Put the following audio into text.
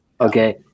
Okay